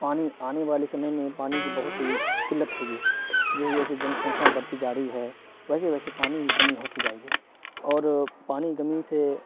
پانی آنے والے سمے میں پانی کی بہت ہی قلت ہوگی جیسے جیسے جنسنکھیاں بڑھتی جا رہی ہے ویسے ویسے پانی کی کمی ہوتی جائے گی اور پانی کمی سے